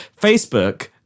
Facebook